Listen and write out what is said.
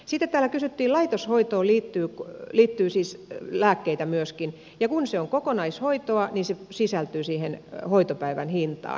sitten täällä kysyttiin siitä että myöskin laitoshoitoon liittyy siis lääkkeitä ja kun se on kokonaishoitoa niin se sisältyy siihen hoitopäivän hintaan